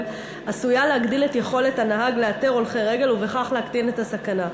עשויה להגדיל את יכולת הנהג לאתר הולכי רגל ובכך להקטין את הסכנה.